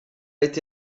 été